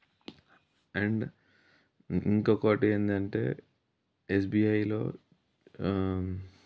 and ఇంకొకటి ఏందంటే ఎస్బిఐలో